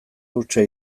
hutsa